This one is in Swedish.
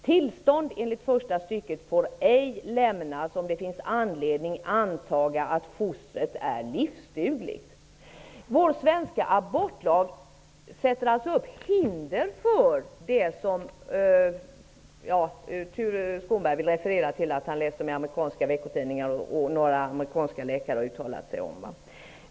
Tillstånd enligt första stycket får ej lämnas om det finns anledning antaga att fostret är livsdugligt. Vår svenska abortlag sätter alltså upp hinder för det som Tuve Skånberg refererade till att han har läst om i amerikanska veckotidningar och om vilket några amerikanska läkare har uttalat sig.